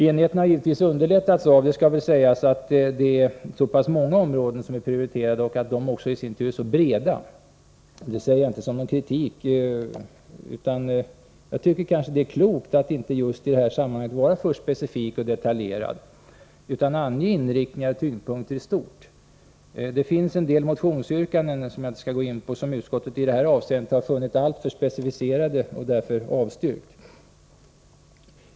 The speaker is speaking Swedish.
Enigheten har naturligtvis underlättats av, det skall sägas, att det är så pass många områden som är prioriterade och att dessa i sin tur är så breda. Detta säger jag inte som kritik, utan jag tycker att det är klokt att just i det här sammanhanget inte vara för specifik och detaljerad utan ange inriktningar och tyngdpunkter i stort. Det finns en del motionsyrkanden, som jag inte tänker gå in på, vilka utskottet i det här avseendet har funnit alltför specificerade och därför avstyrkt.